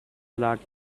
that